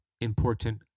important